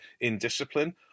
indiscipline